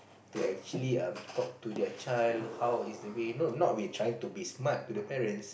to actually um talk to their child how is it the way not we trying to be smart to the parents